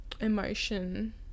emotion